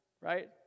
right